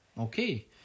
Okay